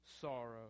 sorrow